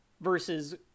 versus